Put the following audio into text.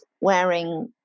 wearing